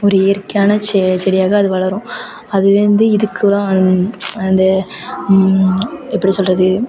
ஒரு இயற்கையான செ செடியாக அது வளரும் அதுவே வந்து இதுக்குலாம் அந்த எப்படி சொல்லுறது